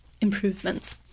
improvements